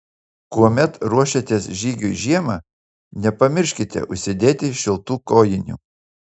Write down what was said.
kuomet ruošiatės žygiui žiemą nepamirškite užsidėti šiltų kojinių